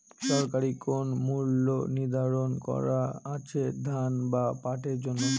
সরকারি কোন মূল্য নিধারন করা আছে ধান বা পাটের জন্য?